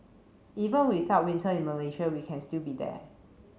even without winter in Malaysia we can still be there